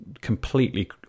completely